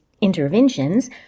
interventions